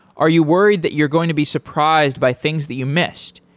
are you worried that you're going to be surprised by things that you missed,